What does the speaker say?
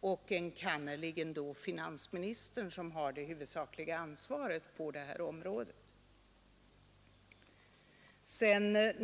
och enkannerligen då finansministern, som har det huvudsakliga ansvaret på detta område.